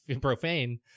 profane